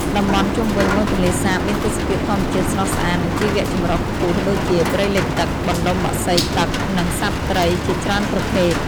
តំបន់ជុំវិញបឹងទន្លេសាបមានទេសភាពធម្មជាតិស្រស់ស្អាត និងជីវចម្រុះខ្ពស់ ដូចជា ព្រៃលិចទឹក បណ្តុំបក្សីទឹក និងសត្វត្រីជាច្រើនប្រភេទ។